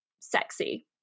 sexy